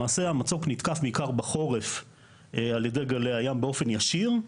למעשה המצוק נתקף בעיקר בחורף על ידי גלי הים באופן ישיר,